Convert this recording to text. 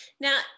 Now